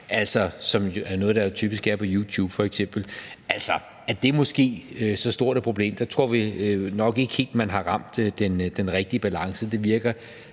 er noget, der jo typisk er på YouTube f.eks. Altså, er det måske så stort et problem? Der tror vi er nok ikke helt at man har ramt den rigtige balance.